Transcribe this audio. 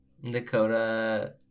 Dakota